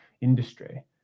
industry